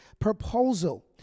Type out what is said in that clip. proposal